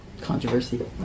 controversy